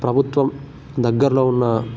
ప్రభుత్వం దగ్గరలో ఉన్న